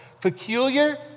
peculiar